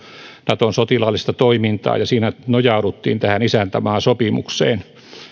naton sotilaallista toimintaa ja siinä nojauduttiin tähän isäntämaasopimukseen